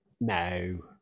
No